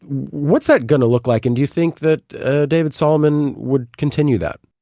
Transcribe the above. what's that going to look like and do you think that david solomon would continue that?